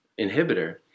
inhibitor